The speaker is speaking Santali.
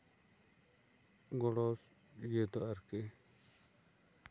ᱜᱚᱲᱚ ᱤᱭᱟᱹ ᱫᱚ ᱟᱨᱠᱤ